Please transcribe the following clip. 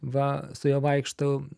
va su juo vaikštau